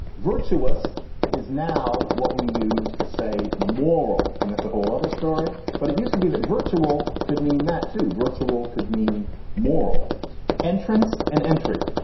virtuous is now what we used to say, moral, and that's a whole other story. but it used to be that virtual could mean that to virtual could mean moral entrance and entry.